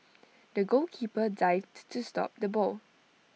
the goalkeeper dived to stop the ball